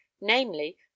Namely